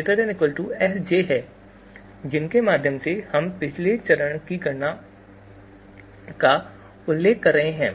≥ Sj है जिसके माध्यम से हम पिछले चरण की गणना का उल्लेख कर रहे हैं